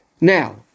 Now